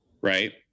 right